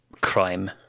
crime